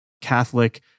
Catholic